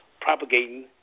propagating